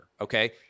okay